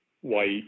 White